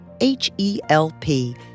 H-E-L-P